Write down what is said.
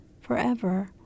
forever